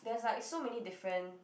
there's like so many different